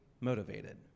motivated